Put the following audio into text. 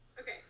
Okay